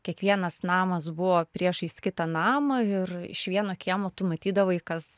kiekvienas namas buvo priešais kitą namą ir iš vieno kiemo tu matydavai kas